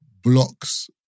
blocks